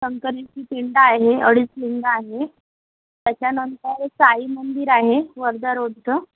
शंकरजीची पिंड आहे अडीच पिंड आहे त्याच्यानंतर साईमंदिर आहे वर्धा रोडचं